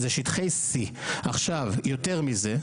זה שטחי C. יותר מזה,